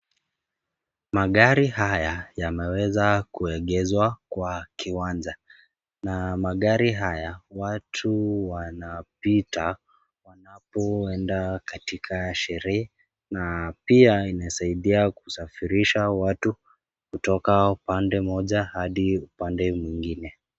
Magari haya yameweza kuegezwa kwa kiwanja. Na magari haya, watu wanapita wanapoenda katika sherehe na pia inasaidia kusafirisha watu kutoka upande moja hadi upande mwingine.